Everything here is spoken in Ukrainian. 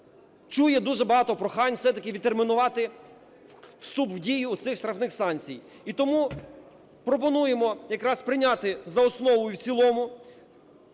чує дуже багато прохань все-таки відтермінувати вступ в дію оцих штрафних санкцій. І тому пропонуємо якраз прийняти за основу і в цілому